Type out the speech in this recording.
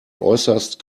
äußerst